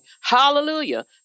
Hallelujah